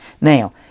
Now